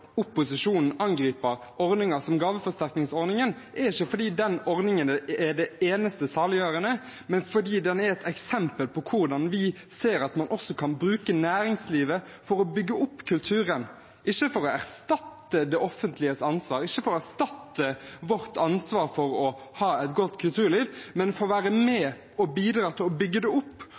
opposisjonen angriper ordninger som gaveforsterkningsordningen, er ikke at den ordningen er det eneste saliggjørende, men at den er et eksempel på hvordan vi ser at man også kan bruke næringslivet for å bygge opp kulturen – ikke for å erstatte det offentliges ansvar, ikke for å erstatte vårt ansvar for å ha et godt kulturliv, men for å være med på å bidra til å bygge det opp.